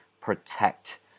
protect